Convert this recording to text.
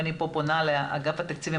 ואני פונה לאגף התקציבים,